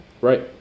Right